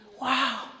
Wow